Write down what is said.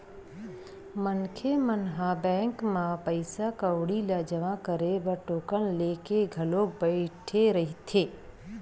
मनखे मन ह बैंक म पइसा कउड़ी ल जमा करे बर टोकन लेके घलोक बइठे रहिथे